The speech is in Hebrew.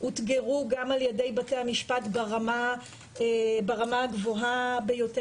אותגרו גם על ידי בתי המשפט ברמה הגבוהה ביותר.